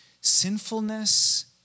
sinfulness